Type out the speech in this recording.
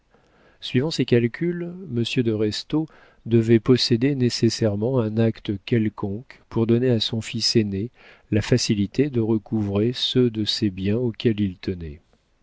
suivant ses calculs monsieur de restaud devait posséder nécessairement un acte quelconque pour donner à son fils aîné la facilité de recouvrer ceux de ses biens auxquels il tenait